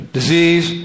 disease